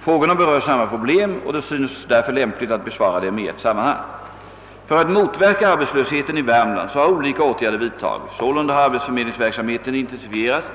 Frågorna berör samma problem och det synes därför lämpligt att besvara dem i ett sammanhang. För att motverka arbetslösheten i Värmland har olika åtgärder vidtagits. Sålunda har arbetsförmedlingsverksamheten intensifierats.